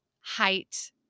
height